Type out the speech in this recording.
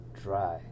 Dry